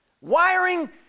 wiring